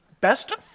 best